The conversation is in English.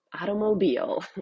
automobile